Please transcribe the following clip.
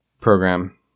program